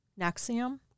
Naxium